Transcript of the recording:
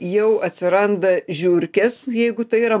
jau atsiranda žiurkės jeigu tai yra